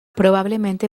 probablemente